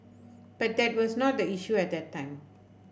but that was not the issue at that time